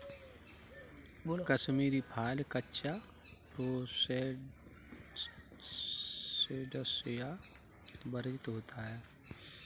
Kashmiri fibre, कच्चा, processed या virgin होता है